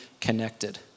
connected